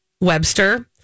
Webster